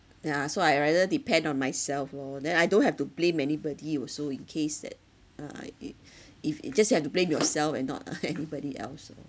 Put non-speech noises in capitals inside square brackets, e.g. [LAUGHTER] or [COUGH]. yeah so I rather depend on myself lor then I don't have to blame anybody also in case that uh it if it you just have to blame yourself and not [LAUGHS] anybody else orh